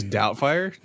Doubtfire